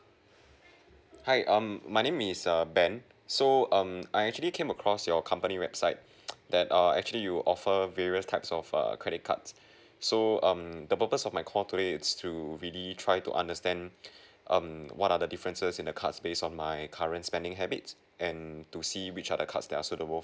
hi um my name is err ben so um I actually came across your company website that are actually you offer various types of err credit cards so um the purpose of my call today is to really try to understand um what are the differences in the cards based on my current spending habits and to see which are the cards that are suitable